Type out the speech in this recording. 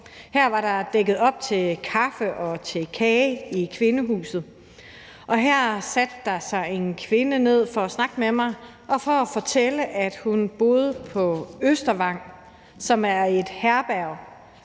Her var der dækket op til kaffe og kage i Kvindehuset. Her satte der sig en kvinde ned for at snakke med mig og for at fortælle, at hun boede på Østervang, som er et herberg,